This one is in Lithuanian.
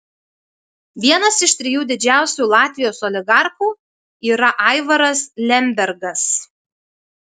vienas iš trijų didžiausių latvijos oligarchų yra aivaras lembergas